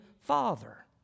father